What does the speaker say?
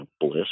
bliss